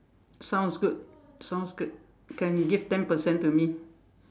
sounds good sounds good can give ten percent to me